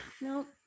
Nope